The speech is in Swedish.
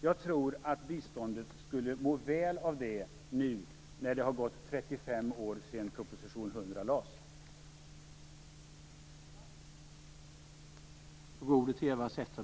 Jag tror att biståndet skulle må väl av det, nu när det har gått 35 år sedan proposition 100 lades fram.